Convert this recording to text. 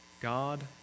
God